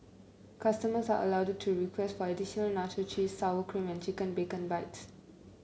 customers are allowed to request for additional nacho cheese sour cream and chicken bacon bits